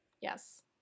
Yes